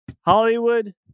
Hollywood